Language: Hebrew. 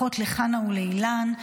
אחות לחנה ולאילן.